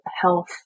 health